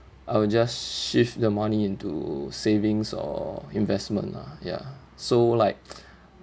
I'll just shift the money into savings or investment lah ya so like